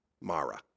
Mara